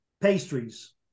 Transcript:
Pastries